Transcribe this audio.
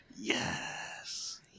Yes